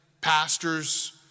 pastors